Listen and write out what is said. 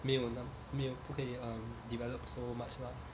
没有那没有不可以 um develop so much lah